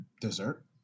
dessert